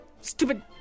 Stupid